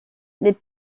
les